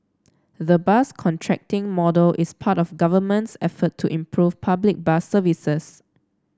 the bus contracting model is part of Government's effort to improve public bus services